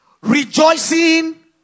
Rejoicing